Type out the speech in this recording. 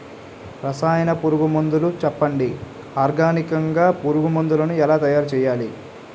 రసాయన పురుగు మందులు చెప్పండి? ఆర్గనికంగ పురుగు మందులను ఎలా తయారు చేయాలి?